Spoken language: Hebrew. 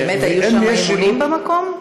באמת היו שם אימונים במקום?